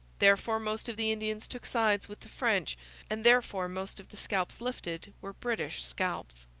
therefore most of the indians took sides with the french and therefore most of the scalps lifted were british scalps.